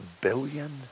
billion